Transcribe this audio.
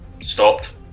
stopped